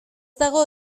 dago